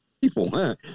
people